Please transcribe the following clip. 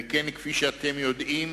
וכן, כפי שאתם יודעים,